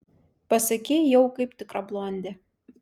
pasakei jau kaip tikra blondė